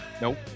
nope